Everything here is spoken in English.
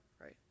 Right